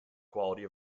quality